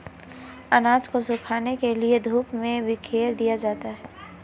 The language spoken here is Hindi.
अनाज को सुखाने के लिए धूप में बिखेर दिया जाता है